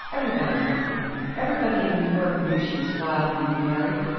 everybody knows it everybody in new york knew she was wild when you married.